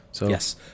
Yes